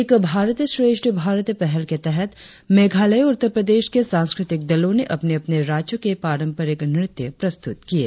एक भारत श्रेष्ठ भारत पहल के तहत मेघालय और उत्तर प्रदेश के सांस्कृतिक दलों ने अपने अपने राज्यों के पारंपरिक नृत्य प्रस्तुत किये